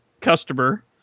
customer